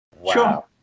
Wow